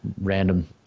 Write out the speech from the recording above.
Random